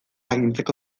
agintzeko